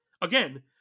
again